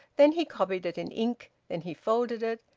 then he copied it in ink then he folded it,